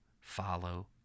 follow